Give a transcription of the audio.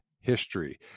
History